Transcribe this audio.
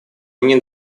они